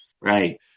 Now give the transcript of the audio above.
Right